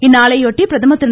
இந்நாளையொட்டி பிரதமா் திரு